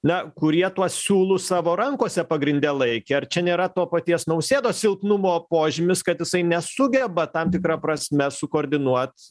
na kurie tuos siūlus savo rankose pagrinde laikė ar čia nėra to paties nausėdos silpnumo požymis kad jisai nesugeba tam tikra prasme sukoordinuot